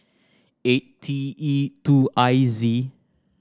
eight T E two I Z